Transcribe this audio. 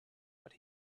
but